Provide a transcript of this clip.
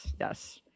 yes